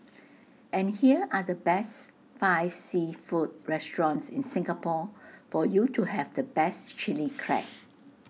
and here are the best five seafood restaurants in Singapore for you to have the best Chilli Crab